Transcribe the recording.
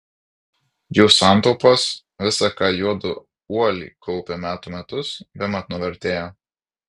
jų santaupos visa ką juodu uoliai kaupė metų metus bemat nuvertėjo